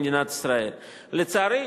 לצערי,